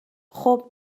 خوب